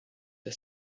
the